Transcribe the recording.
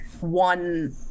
one